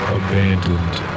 abandoned